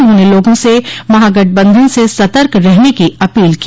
उन्होंने लोगों से महागठबंधन से सर्तक रहने की अपील की